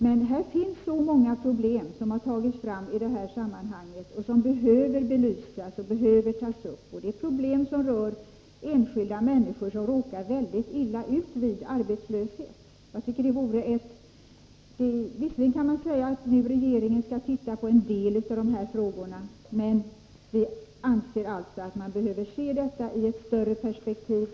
Det finns så många problem i detta sammanhang som behöver belysas och tas upp. Det är problem som rör enskilda människor som råkat väldigt illa ut vid arbetslöshet. Visserligen skall nu regeringen se på en del av de här frågorna, men vi anser alltså att man behöver se detta i ett större perspektiv.